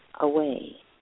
away